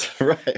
right